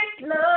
love